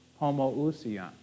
homoousion